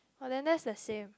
oh that's the same